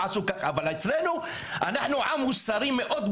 אנחנו עם מוסרי מאוד,